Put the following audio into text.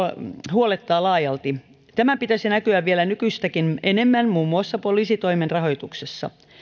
huolettaa laajalti tämän pitäisi näkyä vielä nykyistäkin enemmän muun muassa poliisitoimen rahoituksessa